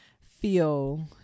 feel